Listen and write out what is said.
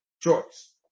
choice